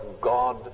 God